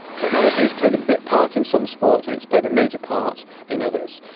technology has played a bit part in some sports and it's played a major part in others.